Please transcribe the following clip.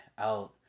out